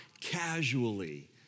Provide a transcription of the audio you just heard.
casually